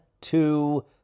two